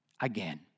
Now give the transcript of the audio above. again